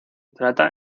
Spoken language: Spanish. trata